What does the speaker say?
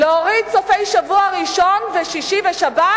להוריד סופי-שבוע, ראשון ושישי ושבת,